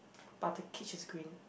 but the cage is green